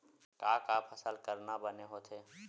का का फसल करना बने होथे?